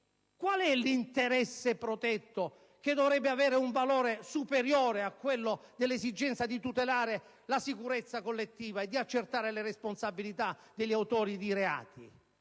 Qual è l'interesse protetto che dovrebbe avere un valore superiore all'esigenza di tutelare la sicurezza collettiva e di accertare le responsabilità degli autori dei reati?